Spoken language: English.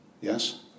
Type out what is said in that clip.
Yes